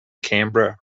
canberra